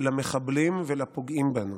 למחבלים ולפוגעים בנו